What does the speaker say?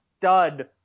stud